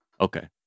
Okay